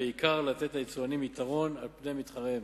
ובעיקר לתת ליצואנים יתרון על פני מתחריהם.